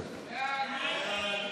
לעזור.